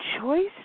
choice